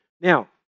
Now